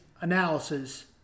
analysis